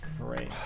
great